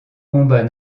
combats